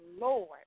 Lord